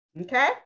Okay